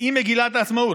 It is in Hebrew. עם מגילת העצמאות,